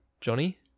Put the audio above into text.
Johnny